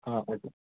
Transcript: okay